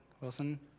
Wilson